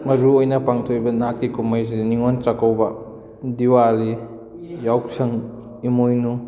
ꯃꯔꯨ ꯑꯣꯏꯅ ꯄꯥꯡꯊꯣꯛꯏꯕ ꯅꯥꯠꯀꯤ ꯀꯨꯝꯍꯩꯁꯤꯗꯤ ꯅꯤꯡꯉꯣꯜ ꯆꯥꯛꯀꯧꯕ ꯗꯤꯋꯥꯂꯤ ꯌꯥꯎꯁꯪ ꯏꯃꯣꯏꯅꯨ